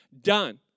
done